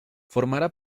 formará